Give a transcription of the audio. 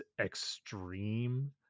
extreme